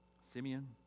Simeon